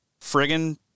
friggin